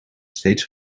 steeds